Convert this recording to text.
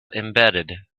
embedded